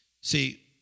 See